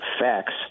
facts